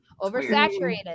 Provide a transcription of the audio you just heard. Oversaturated